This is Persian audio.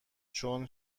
چون